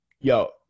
yo